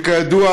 שכידוע,